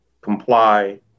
comply